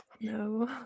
no